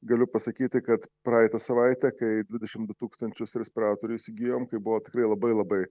galiu pasakyti kad praeitą savaitę kai dvidešim du tūkstančius respiratorių įsigijom kai buvo tikrai labai labai